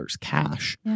cash